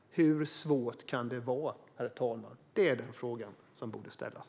Hur svårt kan det vara? Det är de frågor som borde ställas.